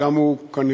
שם הוא כנראה,